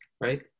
right